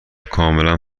کاملا